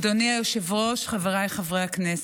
אדוני היושב-ראש, חבריי חברי הכנסת,